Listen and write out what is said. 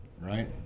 right